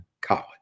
college